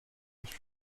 with